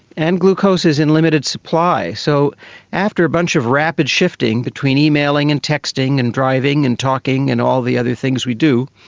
and the glucose is in limited supply. so after a bunch of rapid shifting between emailing and texting and driving and talking and all the other things we do,